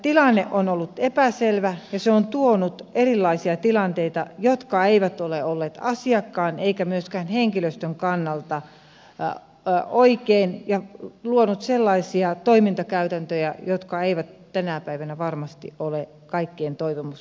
tilanne on ollut epäselvä ja se on tuonut erilaisia tilanteita jotka eivät ole olleet asiakkaan eivätkä myöskään henkilöstön kannalta oikein ja luonut sellaisia toimintakäytäntöjä jotka eivät tänä päivänä varmasti ole kaikkien toivomusten mukaisia